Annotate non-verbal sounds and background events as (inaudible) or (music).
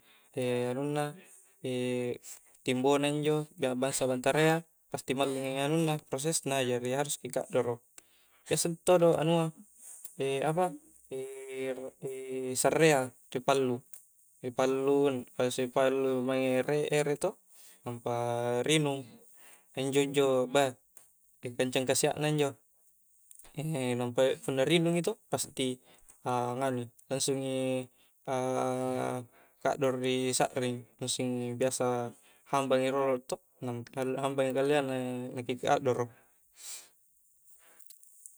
E' anunna e' timbonna njo' (unintelligible) biasa batarayya' pasti mallingi' anunna' prosesna jari' haruspi ka'doro sessa' todo' anua' e' apa (hesitation) e' sarrea kipallu' kipallu', kipallu passi' pallu mange' re ere' to' nampa' ri' nginung, injo' njo' bah (unintelligible) paka'sia' na njo' inni' nampa'i punna' ri nginungi to' pasti' a'nganu i', langsungi' a ka'doro ri' sa'ring nu' sing' biasa hambangi' rolo' to', (unintelligible) kalea' (unintelligible) na ki'kiri a'doro